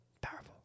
powerful